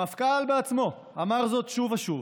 המפכ"ל בעצמו אמר זאת שוב ושוב.